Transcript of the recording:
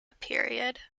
period